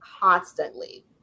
constantly